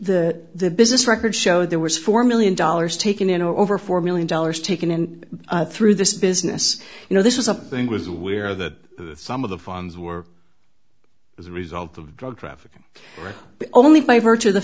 keep the business records show there was four million dollars taken in over four million dollars taken in through this business you know this is a thing was aware that some of the funds were as a result of drug trafficking only by virtue of the